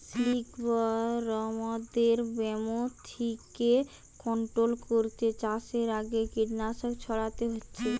সিল্কবরমদের ব্যামো থিকে কন্ট্রোল কোরতে চাষের আগে কীটনাশক ছোড়াতে হচ্ছে